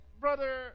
brother